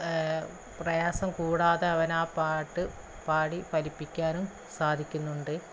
പ്രയാസം കൂടാതെ അവൻ ആ പാട്ട് പാടി ഫലിപ്പിക്കാനും സാധിക്കുന്നുണ്ട്